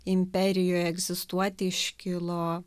imperijoj egzistuoti iškilo